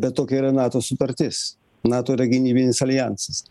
bet tokia yra nato sutartis nato yra gynybinis aljansas